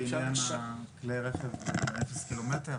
רק להעיר לגבי הרכב עם 0 קילומטר.